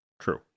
True